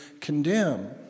condemn